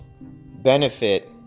benefit